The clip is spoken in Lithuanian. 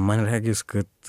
man regis kad